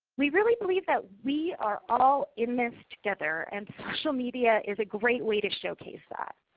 we really believe that we are all in this together and social media is a great way to show case that.